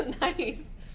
nice